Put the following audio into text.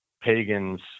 pagans